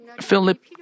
Philip